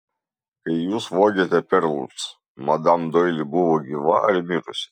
kai jūs vogėte perlus madam doili buvo gyva ar mirusi